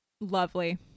Lovely